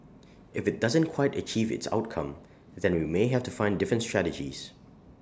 if IT doesn't quite achieve its outcome then we may have to find different strategies